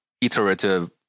iterative